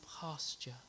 pasture